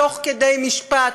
תוך כדי משפט,